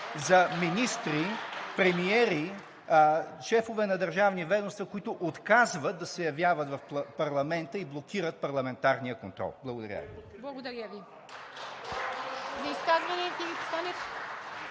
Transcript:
за министри, премиери, шефове на държавни ведомства, които отказват да се явяват в парламента и блокират парламентарния контрол. Благодаря Ви.